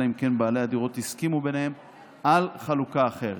אלא אם כן בעלי הדירות הסכימו ביניהם על חלוקה אחרת.